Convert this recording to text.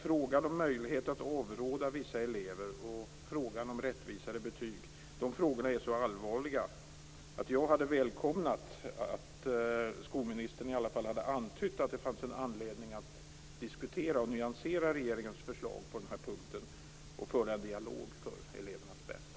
Frågan om möjlighet att avråda vissa elever och frågan om rättvisare betyg är så allvarliga att jag hade välkomnat i varje fall en antydan från skolministern om att det finns anledning att diskutera och nyansera regeringens förslag på den här punkten och att föra en dialog, för elevernas bästa.